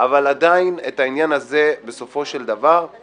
אבל ברור שוועדת הבחירות חייבת את הזמן להתארגנות